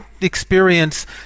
experience